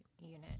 unit